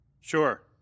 Sure